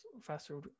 faster